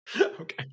Okay